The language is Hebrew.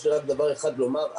יש לי רק דבר אחד לומר.